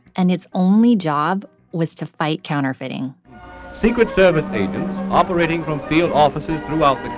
and its only job was to fight counterfeiting secret service agents operating from field offices throughout